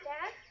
Dad